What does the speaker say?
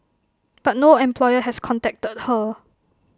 but no employer has contacted her